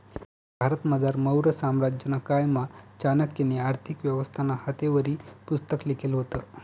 भारतमझार मौर्य साम्राज्यना कायमा चाणक्यनी आर्थिक व्यवस्थानं हातेवरी पुस्तक लिखेल व्हतं